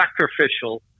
sacrificial